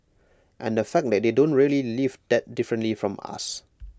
and the fact that they don't really live that differently from us